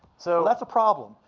so that's a problem,